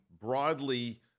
broadly